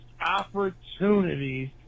opportunities